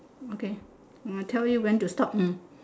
okay I'll tell you when to stop